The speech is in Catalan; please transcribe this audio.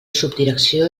subdirecció